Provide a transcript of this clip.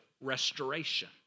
restoration